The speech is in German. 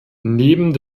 neben